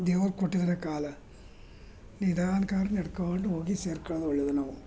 ದೇವ್ರು ಕೊಟ್ಟಿದ್ದಾರೆ ಕಾಲ ನಿಧಾನ್ಕಾದ್ರು ನಡ್ಕೊಂಡು ಹೋಗಿ ಸೇರ್ಕೊಳ್ಳೋದು ಒಳ್ಳೆಯದು ನಾವು